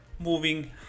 Moving